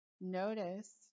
Notice